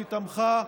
שתמכה,